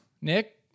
Nick